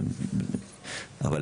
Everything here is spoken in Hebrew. אבל,